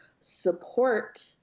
support